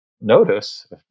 notice